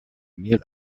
mill